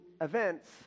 events